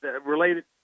related